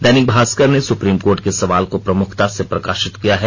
दैनिक भास्कर ने supreme court के सवाल को प्रमुखता से प्रकाशित किया है